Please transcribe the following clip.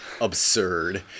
absurd